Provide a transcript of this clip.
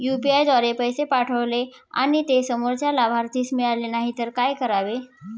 UPI द्वारे पैसे पाठवले आणि ते समोरच्या लाभार्थीस मिळाले नाही तर काय करावे?